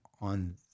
on